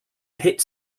hit